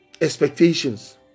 expectations